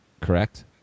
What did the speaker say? correct